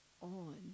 on